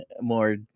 more